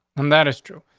um that is true.